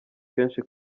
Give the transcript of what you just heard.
kenshi